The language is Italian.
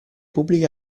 pubbliche